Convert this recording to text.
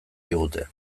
digute